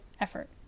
effort